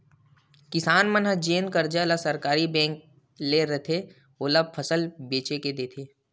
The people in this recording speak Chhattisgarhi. किसान मन ह जेन करजा ल सहकारी बेंक ले रहिथे, ओला फसल बेच के देथे